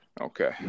okay